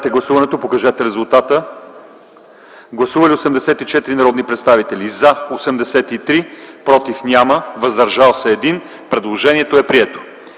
Гласували 87 народни представители: за 85, против няма, въздържали се 2. Предложението е прието.